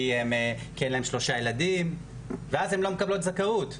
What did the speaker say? כי אין להן שלושה ילדים ואז הן לא מקבלות זכאות,